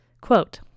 Quote